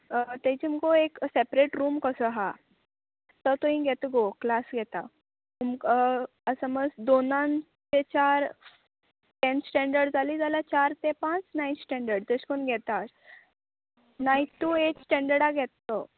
तेची मुगो एक सॅपरेट रूम कसो आहा तो थंय घेत गो क्लास घेता तुमकां समज दोनान ते चार तेन्थ स्टँडर्ड जाली जाल्यार चार ते पांच नायन्त स्टँडर्ड तेश कोन घेतात नायन टू एट स्टँडर्डाक घेत तो